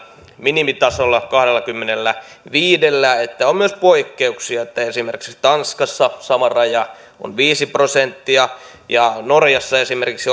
minimitasolla kahdellakymmenelläviidellä on myös poikkeuksia esimerkiksi tanskassa sama raja on viisi prosenttia ja norjassa esimerkiksi